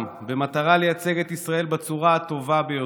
במטרה לייצג את ישראל בצורה הטובה ביותר.